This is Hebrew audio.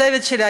הצוות שלי,